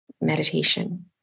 meditation